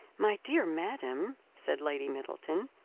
my dear madam, said lady middleton,